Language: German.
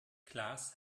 klaas